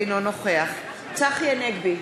אינו נוכח צחי הנגבי,